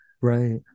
right